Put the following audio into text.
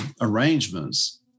arrangements